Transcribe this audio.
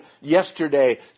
yesterday